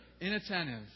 inattentive